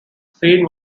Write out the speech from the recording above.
scene